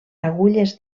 agulles